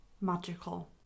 magical